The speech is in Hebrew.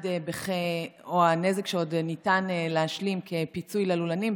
הנזק שעוד ניתן להשלים כפיצוי ללולנים,